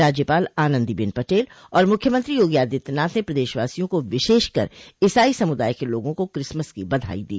राज्यपाल आनंदीबेन पटेल और मुख्यमंत्री योगी आदित्यनाथ ने प्रदेशवासियों को विशेष कर ईसाई समुदाय के लोगों को क्रिसमस की बधाई दी